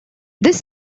this